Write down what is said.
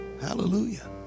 Hallelujah